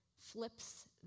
flips